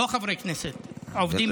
לא חברי כנסת, עובדים בכנסת.